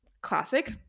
classic